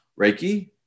Reiki